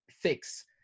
fix